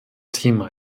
thema